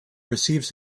receives